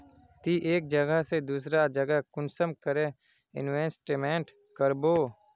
ती एक जगह से दूसरा जगह कुंसम करे इन्वेस्टमेंट करबो?